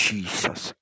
Jesus